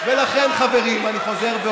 אין מילה אחרת מאשר חרפה.